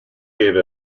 gave